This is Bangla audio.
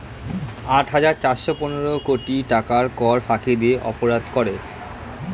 আট হাজার চারশ পনেরো কোটি টাকার কর ফাঁকি দিয়ে অপরাধ করে